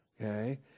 Okay